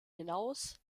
hinaus